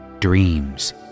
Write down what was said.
Dreams